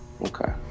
okay